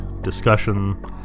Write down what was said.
discussion